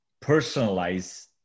personalize